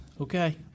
okay